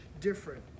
different